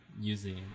using